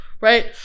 right